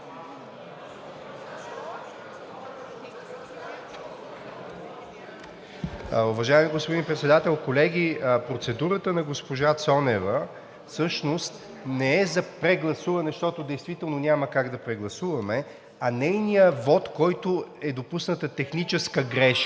Уважаеми господин Председател, колеги! Процедурата на госпожа Цонева всъщност не е за прегласуване, защото действително няма как да прегласуваме, а нейният вот, в който е допусната техническа грешка…